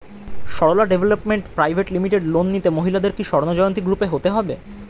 Sarala development private limited loan নিতে মহিলাদের কি স্বর্ণ জয়ন্তী গ্রুপে হতে হবে?